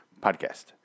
podcast